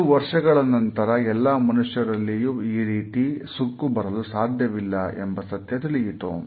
ಕೆಲವು ವರ್ಷಗಳ ನಂತರ ಎಲ್ಲಾ ಮನುಷ್ಯರಲ್ಲಿಯೂ ಈ ರೀತಿಯ ಸುಕ್ಕು ಬರಲು ಸಾಧ್ಯವಿಲ್ಲ ಎಂಬ ಸತ್ಯ ತಿಳಿಯಿತು